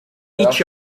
each